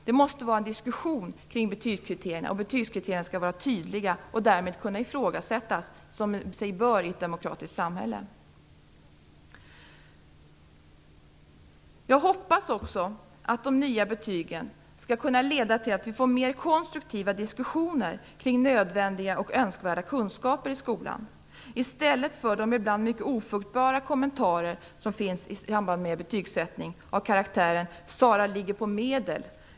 Det måste vara en diskussion kring betygskriterierna, och betygskriterierna skall vara tydliga och därmed kunna ifrågasättas - som sig bör i ett demokratiskt samhälle. Jag hoppas också att de nya betygen skall kunna leda till att vi får mera konstruktiva diskussioner kring nödvändiga och önskvärda kunskaper i skolan i stället för de ibland mycket ofruktbara kommentarer som finns i samband med betygsättning av karaktären: Sara ligger på medel.